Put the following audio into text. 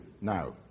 now